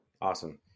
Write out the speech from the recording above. Awesome